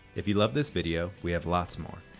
if you love this video we have lots more.